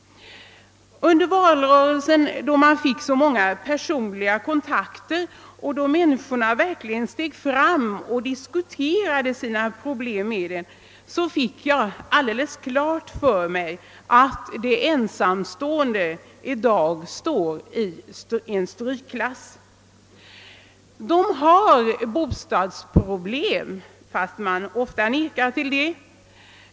Under valrörelsen, då man fick så många personliga kontakter och då människorna verkligen steg fram och diskuterade sina problem med en, fick jag alldeles klart för mig att de ensamstående i dag står i strykklass. De har bostadsproblem, fastän man ofta förnekar det.